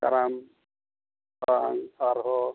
ᱠᱟᱨᱟᱢ ᱠᱟᱨᱟᱢ ᱟᱨᱦᱚᱸ